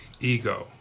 ego